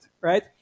right